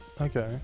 okay